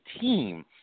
team